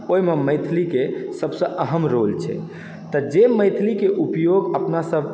ओहिमे मैथिलीके सबसँ अहम रोल छै तऽ जे मैथिलीके उपयोग अपना सब